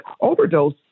overdose